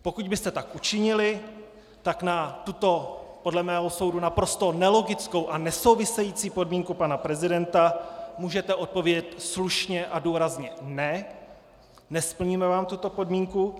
Pokud byste tak učinili, tak na tuto podle mého soudu naprosto nelogickou a nesouvisející podmínku pana prezidenta můžete odpovědět slušně a důrazně ne, nesplníme vám tuto podmínku.